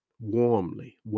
warmly